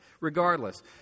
Regardless